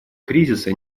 кризиса